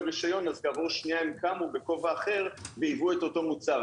רישיון אז כעבור שנייה הם קמו בכובע אחר וייבאו את אותו מוצר.